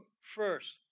first